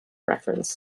reference